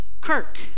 kirk